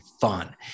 fun